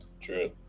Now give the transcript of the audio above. True